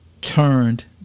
turned